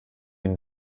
den